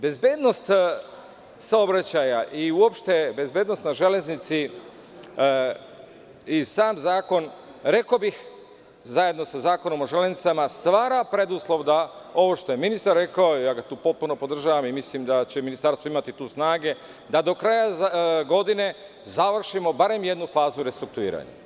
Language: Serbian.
Bezbednost saobraćaja i uopšte bezbednost na železnici i sam zakon rekao bih zajedno sa Zakonom o železnicama stvara preduslov da ovo što je ministar rekao, ja ga tu potpuno podržavam i mislim da će ministarstvo imati tu snage da do kraja godine završimo barem jednu fazu restrukturiranja.